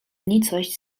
nicość